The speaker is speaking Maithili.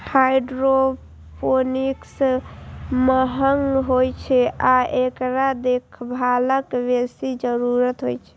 हाइड्रोपोनिक्स महंग होइ छै आ एकरा देखभालक बेसी जरूरत होइ छै